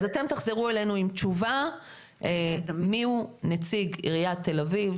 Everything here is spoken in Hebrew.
אז אתם תחזרו אלינו עם תשובה מי הוא נציג עירית תל אביב,